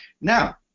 Now